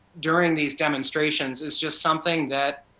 during these demonstrations, is just something that,